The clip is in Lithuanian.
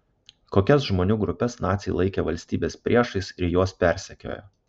kokias žmonių grupes naciai laikė valstybės priešais ir juos persekiojo